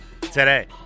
today